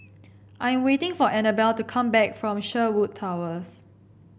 I'm waiting for Annabelle to come back from Sherwood Towers